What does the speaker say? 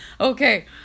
Okay